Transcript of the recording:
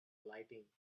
lighting